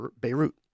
Beirut